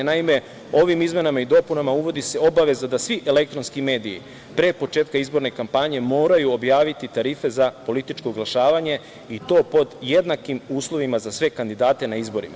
Naime, ovim izmenama i dopunama uvodi se obaveza da svi elektronski mediji pre početka izborne kampanje moraju objaviti tarife za političko oglašavanje i to pod jednakim uslovima za sve kandidate na izborima.